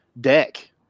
deck